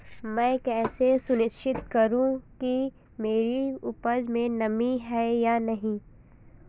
मैं कैसे सुनिश्चित करूँ कि मेरी उपज में नमी है या नहीं है?